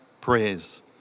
prayers